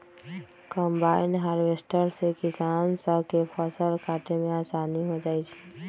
combine harvester से किसान स के फसल काटे में आसानी हो जाई छई